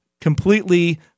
completely